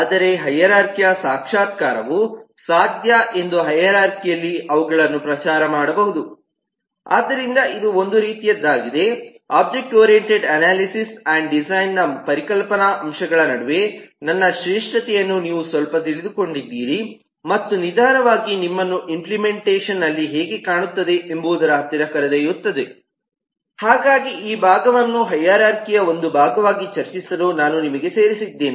ಆದರೆ ಹೈರಾರ್ಖಿಯ ಸಾಕ್ಷಾತ್ಕಾರವು ಸಾಧ್ಯ ಎಂದು ಹೈರಾರ್ಖಿಅಲ್ಲಿ ಅವುಗಳನ್ನು ಪ್ರಚಾರ ಮಾಡಬಹುದು ಆದ್ದರಿಂದ ಇದು ಒಂದು ರೀತಿಯದ್ದಾಗಿದೆ ಒಬ್ಜೆಕ್ಟ್ ಓರಿಯಂಟೆಡ್ ಅನಾಲಿಸಿಸ್ ಆಂಡ್ ಡಿಸೈನ್ನ ಪರಿಕಲ್ಪನಾ ಅಂಶಗಳ ನಡುವೆ ನನ್ನ ಶ್ರೇಷ್ಠತೆಯನ್ನು ನೀವು ಸ್ವಲ್ಪ ತಿಳಿದುಕೊಂಡಿದ್ದೀರಿ ಮತ್ತು ನಿಧಾನವಾಗಿ ನಿಮ್ಮನ್ನು ಇಂಪ್ಲೆಮೆಂಟೇಷನ್ ಅಲ್ಲಿ ಹೇಗೆ ಕಾಣುತ್ತದೆ ಎಂಬುದರ ಹತ್ತಿರ ಕರೆದೊಯ್ಯುತ್ತದೆ ಹಾಗಾಗಿ ಈ ಭಾಗವನ್ನು ಹೈರಾರ್ಖಿಯ ಒಂದು ಭಾಗವಾಗಿ ಚರ್ಚಿಸಲು ನಾನು ನಿಮಗೆ ಸೇರಿಸಿದ್ದೇನೆ